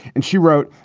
and she wrote,